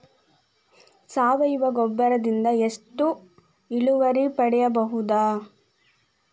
ಸಾವಯವ ಗೊಬ್ಬರದಿಂದ ಎಷ್ಟ ಇಳುವರಿ ಪಡಿಬಹುದ?